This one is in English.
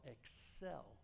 excel